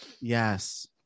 yes